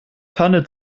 tanne